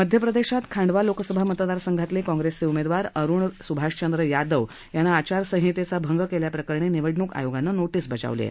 मध्य प्रदेशात खांडवा लोकसभा मतदारसंघातले काँप्रेसचे उमेदवार अरुण सुभाषचंद्र यादव यांना आचारसंहितेचा भंग केल्याप्रकरणी निवडणूक आयोगानं नोटीस बजावली आहे